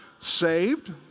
saved